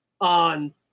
on